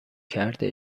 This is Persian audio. کرده